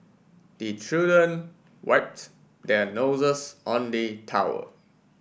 the children wipe their noses on the towel